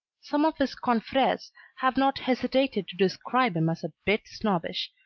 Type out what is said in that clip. some of his confreres have not hesitated to describe him as a bit snobbish,